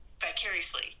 vicariously